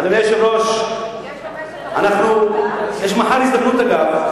אדוני היושב-ראש, יש מחר הזדמנות, אגב,